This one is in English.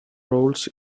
roles